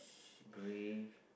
grey